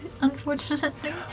unfortunately